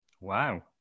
Wow